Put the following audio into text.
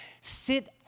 sit